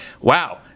wow